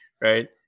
right